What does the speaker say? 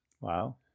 Wow